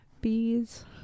Bees